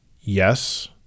Yes